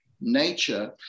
nature